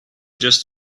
just